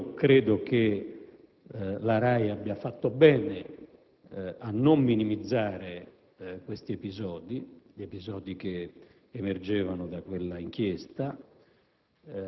Credo che la RAI abbia fatto bene a non minimizzare gli episodi che emergevano da quell'inchiesta.